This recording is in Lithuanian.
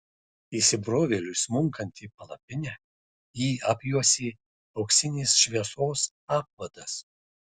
įsibrovėliui smunkant į palapinę jį apjuosė auksinės šviesos apvadas